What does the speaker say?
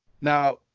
Now